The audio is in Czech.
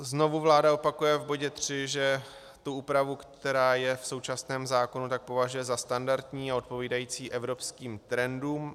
Znovu vláda opakuje v bodě tři, že tu úpravu, která je v současném zákonu, považuje za standardní a odpovídající evropským trendům.